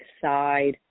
side